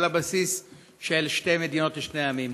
על הבסיס של שתי מדינות לשני עמים?